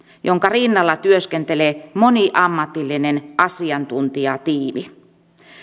jonka rinnalla työskentelee moniammatillinen asiantuntijatiimi